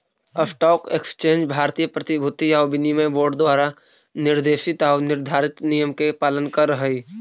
stock exchange भारतीय प्रतिभूति आउ विनिमय बोर्ड द्वारा निर्देशित आऊ निर्धारित नियम के पालन करऽ हइ